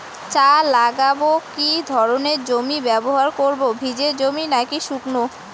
চা লাগাবো কি ধরনের জমি ব্যবহার করব ভিজে জমি নাকি শুকনো?